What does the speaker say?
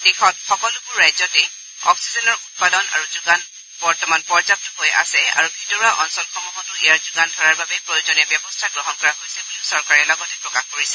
দেশত সকলোবোৰ ৰাজ্যতে অক্সিজেনৰ উৎপাদন আৰু যোগান বৰ্তমান পৰ্যাপ্ত হৈ আছে আৰু ভিতৰুৱা অঞ্চলসমূহতো ইয়াৰ যোগান ধৰাৰ বাবে প্ৰয়োজনীয় ব্যৱস্থা গ্ৰহণ কৰা হৈছে বুলিও চৰকাৰে লগতে প্ৰকাশ কৰিছে